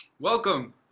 Welcome